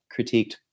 critiqued